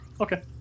Okay